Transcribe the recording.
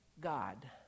God